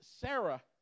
Sarah